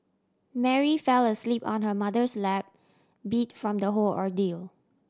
Mary fell asleep on her mother's lap beat from the whole ordeal